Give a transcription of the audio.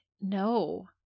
No